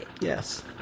Yes